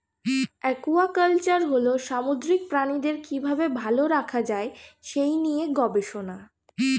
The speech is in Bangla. একুয়াকালচার হল সামুদ্রিক প্রাণীদের কি ভাবে ভালো রাখা যায় সেই নিয়ে গবেষণা